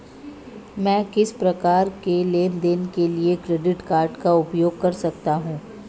मैं किस प्रकार के लेनदेन के लिए क्रेडिट कार्ड का उपयोग कर सकता हूं?